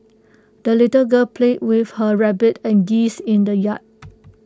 the little girl played with her rabbit and geese in the yard